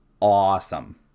awesome